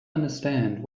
understand